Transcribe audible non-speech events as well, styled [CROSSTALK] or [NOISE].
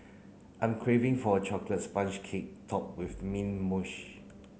I am craving for a chocolate sponge cake topped with mint [UNINTELLIGIBLE]